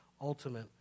ultimate